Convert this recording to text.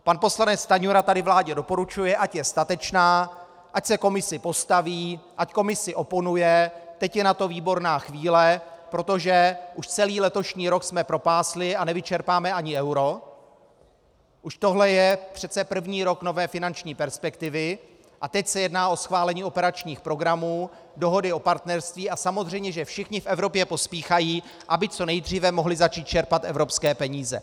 Pan poslanec Stanjura tady vládě doporučuje, ať je statečná, ať se Komisi postaví, ať Komisi oponuje, teď je na to výborná chvíle, protože už celý letošní rok jsme propásli a nevyčerpáme ani euro, už tohle je přece první rok nové finanční perspektivy a teď se jedná o schválení operačních programů, dohody o partnerství a samozřejmě, že všichni v Evropě pospíchají, aby co nejdříve mohli začít čerpat evropské peníze.